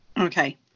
Okay